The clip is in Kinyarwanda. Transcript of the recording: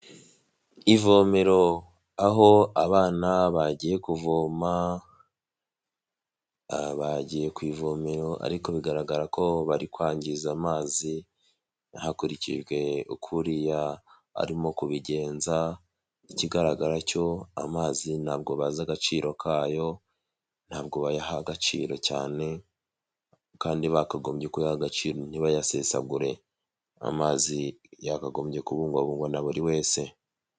Ivomero aho abana bagiye kuvoma, bagiye ku ivome ariko bigaragara ko bari kwangiza amazi hakurikijwe uko uriya arimo kubigenza ikigaragara cyo amazi ntabwo bazi agaciro kayo ntabwo bayaha agaciro cyane, kandi bakagombye kubiha agaciro ntibayasesagure amazi yakagombye kubungwabungwa na buri wese.